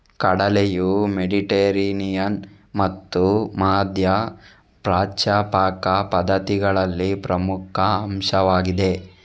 ಕಡಲೆಯು ಮೆಡಿಟರೇನಿಯನ್ ಮತ್ತು ಮಧ್ಯ ಪ್ರಾಚ್ಯ ಪಾಕ ಪದ್ಧತಿಗಳಲ್ಲಿ ಪ್ರಮುಖ ಅಂಶವಾಗಿದೆ